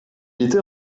était